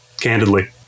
candidly